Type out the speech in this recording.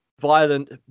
violent